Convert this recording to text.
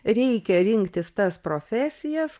reikia rinktis tas profesijas